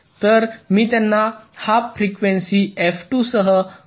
तर मी त्यांना हाल्फ फ्रिक्वेन्सी F2 सह क्लॉक करत आहे